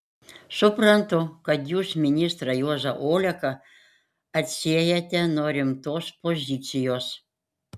suprantu kad jūs ministrą juozą oleką atsiejate nuo rimtos pozicijos